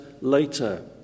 later